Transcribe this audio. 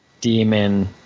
demon